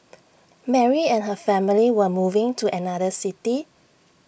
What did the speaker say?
Mary and her family were moving to another city